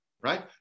Right